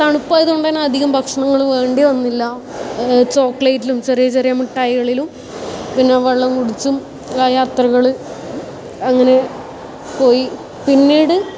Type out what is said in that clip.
തണുപ്പായത് കൊണ്ട് തന്നെ അധികം ഭക്ഷണങ്ങൾ വേണ്ടി വന്നില്ല ചോക്ലേയ്റ്റിലും ചെറിയ ചെറിയ മിട്ടായികളിലും പിന്നെ വെള്ളം കുടിച്ചും ആ യാത്രകൾ അങ്ങനെ പോയി പിന്നീട്